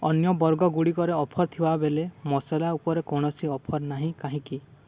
ଅନ୍ୟ ବର୍ଗଗୁଡ଼ିକରେ ଅଫର୍ ଥିବାବେଳେ ମସଲା ଉପରେ କୌଣସି ଅଫର୍ ନାହିଁ କାହିଁକି